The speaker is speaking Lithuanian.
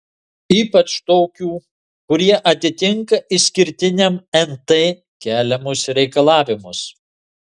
ypač tokių kurie atitinka išskirtiniam nt keliamus reikalavimus